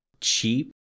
cheap